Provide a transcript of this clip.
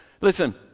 Listen